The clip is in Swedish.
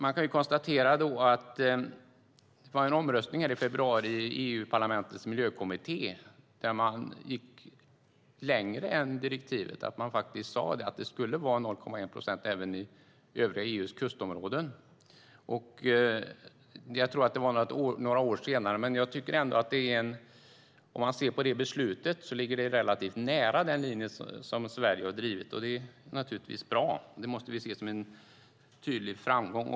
I februari var det en omröstning i EU-parlamentets miljökommitté där man gick längre än direktivet och faktiskt sade att det skulle vara 0,1 procent även i övriga EU:s kustområden. Jag tror att det handlade om några år senare, men jag tycker ändå att beslutet ligger relativt nära den linje som Sverige har drivit, och det är naturligtvis bra. Det måste vi se som en tydlig framgång.